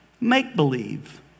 make-believe